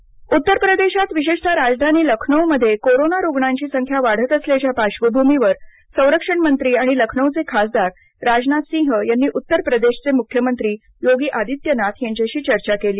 उत्तर प्रदेशात कोरोना उत्तर प्रदेशात विशेषतः राजधानी लखनौ मध्ये कोरोना रुग्णाची संख्या वाढत असल्याच्या पार्श्वभूमीवर संरक्षण मंत्री आणि लखनौचे खासदार राजनाथ सिंह यांनी उत्तर प्रदेशचे मुख्यमंत्री योगी आदित्यनाथ यांच्याशी चर्चा केली